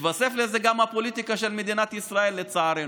מתווספת לזה גם הפוליטיקה של מדינת ישראל, לצערנו.